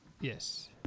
yes